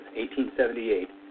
1878